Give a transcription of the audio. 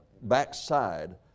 backside